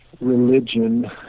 religion